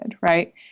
right